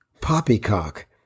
Poppycock